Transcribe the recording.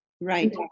Right